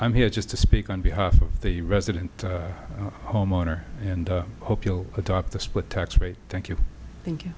i'm here just to speak on behalf of the resident homeowner and i hope you'll adopt the split tax rate thank you thank you